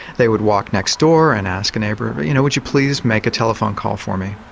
they would walk next door and ask a neighbour, but you know, would you please make a telephone call for me.